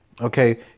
Okay